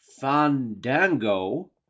Fandango